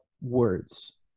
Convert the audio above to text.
words